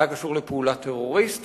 היה קשור לפעולה טרוריסטית,